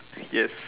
yes